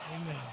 Amen